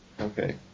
Okay